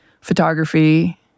photography